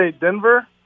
Denver